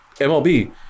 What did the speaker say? MLB